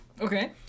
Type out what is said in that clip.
Okay